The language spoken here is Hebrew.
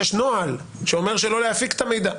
יש נוהל שאומר שלא להפיק את המידע.